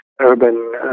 urban